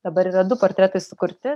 dabar yra du portretai sukurti